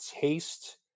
taste